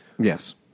Yes